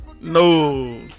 No